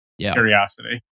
curiosity